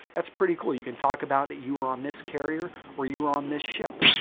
that's pretty cool. you can talk about that you were on this carrier or you were on this ship.